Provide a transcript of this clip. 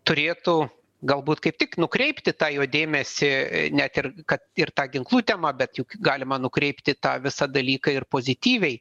turėtų galbūt kaip tik nukreipti tą jo dėmesį net ir kad ir tą ginklu tema bet juk galima nukreipti tą visą dalyką ir pozityviai